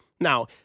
Now